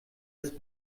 ist